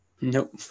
Nope